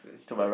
to my right